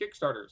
Kickstarters